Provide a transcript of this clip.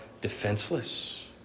defenseless